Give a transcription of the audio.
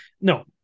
no